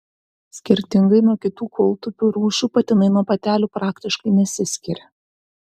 skirtingai nuo kitų kūltupių rūšių patinai nuo patelių praktiškai nesiskiria